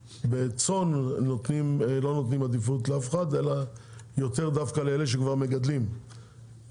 ובצאן לא נותנים עדיפות לאף אחד אלא דווקא יותר לאלה שכבר מגדלים צאן,